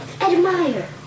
admire